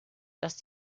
dass